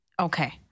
Okay